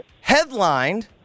headlined